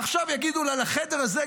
ועכשיו יגידו לה: לחדר הזה,